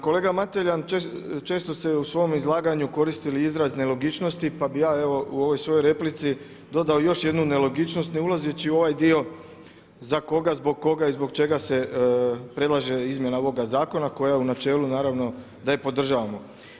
Kolega Mateljan, često se u svom izlaganju koristi izraz nelogičnosti pa bi ja evo u ovoj svojoj replici dodao još jednu nelogičnost ne ulazeći u ovaj dio za koga, zbog koga i zbog čega se predlaže izmjena ovoga zakona koja u načelu naravno da je podržavamo.